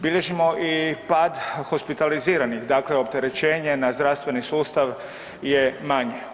Bilježimo i pad hospitaliziranih, dakle opterećenje na zdravstveni sustav je manje.